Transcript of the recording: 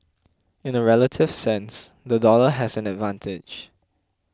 in a relative sense the dollar has an advantage